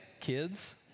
Kids